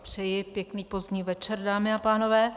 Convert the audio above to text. Přeji pěkný pozdní večer, dámy a pánové.